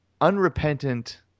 unrepentant